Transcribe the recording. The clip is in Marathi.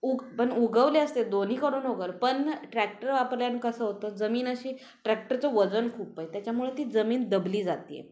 उग पण उगवले असते दोन्ही कडून उगवेल पण ट्रॅक्टर वापरल्यानं कसं होतं जमीन अशी ट्रॅक्टरचं वजन खूप आहे त्याच्यामुळे ती जमीन दबली जाते आहे